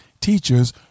teachers